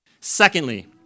Secondly